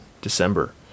December